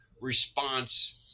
response